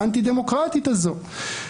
האנטי-דמוקרטית הזאת.